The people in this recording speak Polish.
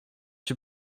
cię